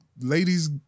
ladies